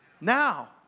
Now